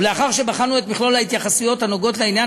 ולאחר שבחנו את מכלול ההתייחסויות לעניין,